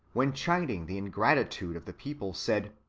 when chiding the ingratitude of the people, said,